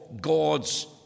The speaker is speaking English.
God's